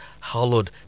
hallowed